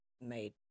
made